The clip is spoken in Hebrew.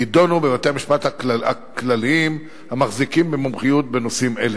ידונו בה בבתי-המשפט הכלליים המחזיקים במומחיות בנושאים אלה.